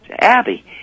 Abby